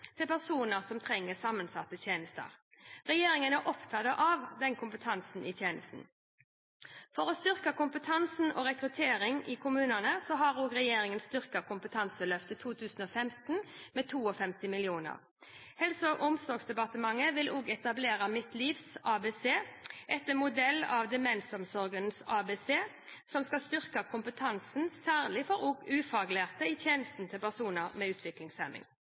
til personer som trenger sammensatte tjenester. Regjeringen er opptatt av den kompetansen i tjenesten. For å styrke kompetanse og rekruttering i kommunene har regjeringen også styrket Kompetanseløftet 2015 med 52 mill. kr. Helse- og omsorgsdepartementet vil også etablere «Mitt livs ABC», etter modell av Demensomsorgens ABC, som skal styrke kompetansen, særlig for ufaglærte i tjenestene til personer med